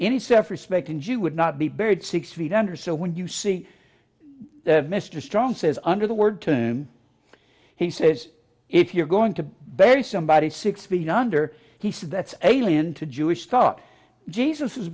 any self respecting jew would not be buried six feet under so when you see mr strong says under the word tomb he says if you're going to bury somebody six feet under he says that's alien to jewish thought jesus